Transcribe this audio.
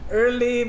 early